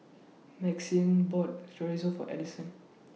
Maxine bought Chorizo For Ellison